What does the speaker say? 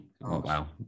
wow